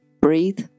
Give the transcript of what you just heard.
breathe